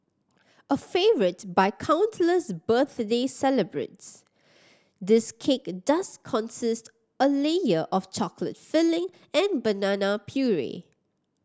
a favourite by countless birthday celebrants this cake does consist a layer of chocolate filling and banana puree